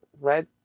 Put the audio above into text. red